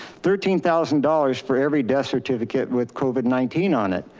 thirteen thousand dollars for every death certificate with covid nineteen on it.